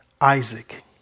Isaac